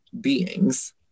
beings